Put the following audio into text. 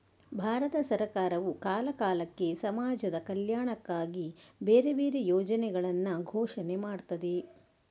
ಭಾರತ ಸರಕಾರವು ಕಾಲ ಕಾಲಕ್ಕೆ ಸಮಾಜದ ಕಲ್ಯಾಣಕ್ಕಾಗಿ ಬೇರೆ ಬೇರೆ ಯೋಜನೆಗಳನ್ನ ಘೋಷಣೆ ಮಾಡ್ತದೆ